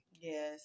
yes